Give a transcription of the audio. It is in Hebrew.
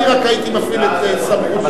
אני רק הייתי מפעיל את סמכותי,